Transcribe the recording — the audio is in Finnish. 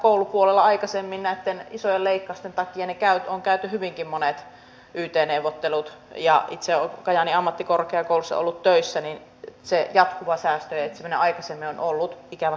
ammattikorkeakoulupuolella aikaisemmin näitten isojen leikkausten takia on käyty hyvinkin monet yt neuvottelut ja kun itse olen kajaanin ammattikorkeakoulussa ollut töissä niin se jatkuva säästöjen etsiminen aikaisemmin on ollut ikävä kyllä jo arkipäivää